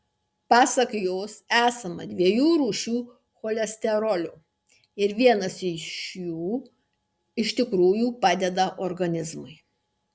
pasak jos esama dviejų rūšių cholesterolio ir vienas iš jų iš tikrųjų padeda organizmui